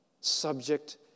subject